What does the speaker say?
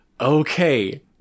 Okay